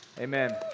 Amen